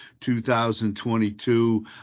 2022